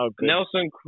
Nelson